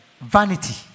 vanity